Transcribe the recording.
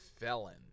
Felon